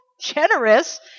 generous